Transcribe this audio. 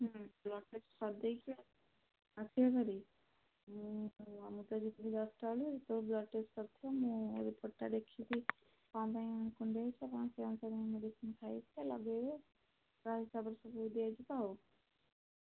ହୁଁ blood test କରି ଦେଇଛି ଆସିବ ଭାରି ମୁଁ ଆମେ ତ ଯିବୁ ଦଶଟା ବେଳେ ସେ ବ୍ଲଡ଼୍ ଟେଷ୍ଟ ସରିଥିବ ମୁଁ ରିପୋର୍ଟ୍ଟା ଦେଖିକି କ'ଣ ପାଇଁ କୁଣ୍ଡାଇ ହେଇଛି ଆପଣ ସେ ଅନୁସାରେ ମେଡ଼ିସିନ୍ ଖାଇବେ ଲଗାଇବେ ପ୍ରାୟ ସବୁ ଔଷଧ ଦେଇଛି ତ ଆଉ